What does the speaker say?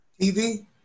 TV